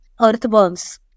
earthworms